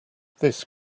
this